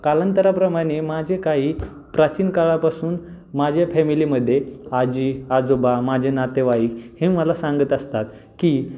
कालांतराप्रमाणे माझे काही प्राचीन काळापासून माझ्या फॅमिलीमध्ये आजीआजोबा माझे नातेवाईक हे मला सांगत असतात की